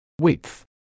width